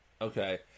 Okay